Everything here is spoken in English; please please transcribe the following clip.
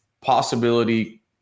possibility